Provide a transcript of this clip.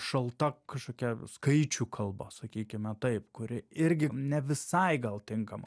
šalta kažkokia skaičių kalba sakykime taip kuri irgi ne visai gal tinkama